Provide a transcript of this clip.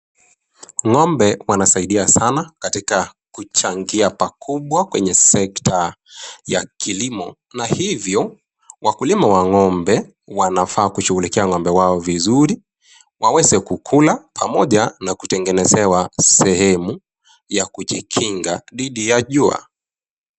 Ng'ombe wanasaidia sana katika kuchangia pakubwa kwenye sekta ya kilimo na hivyo wakulima ng'ombe wanafaa kushughulikia ng'ombe wao vizuri, waweze kukula pamoja na kutengenezewa sehemu ya kujikinga dhidi ya jua.